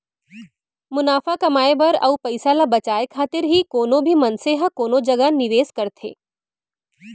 मुनाफा कमाए बर अउ पइसा ल बचाए खातिर ही कोनो भी मनसे ह कोनो जगा निवेस करथे